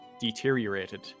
deteriorated